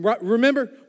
Remember